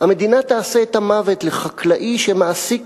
המדינה תעשה את המוות לחקלאי שמעסיק